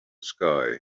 sky